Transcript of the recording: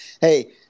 hey